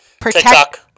protect